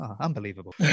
unbelievable